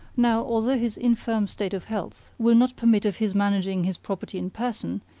now, although his infirm state of health will not permit of his managing his property in person,